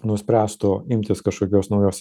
nuspręstų imtis kažkokios naujos